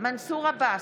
מנסור עבאס,